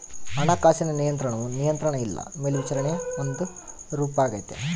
ಹಣಕಾಸಿನ ನಿಯಂತ್ರಣವು ನಿಯಂತ್ರಣ ಇಲ್ಲ ಮೇಲ್ವಿಚಾರಣೆಯ ಒಂದು ರೂಪಾಗೆತೆ